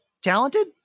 talented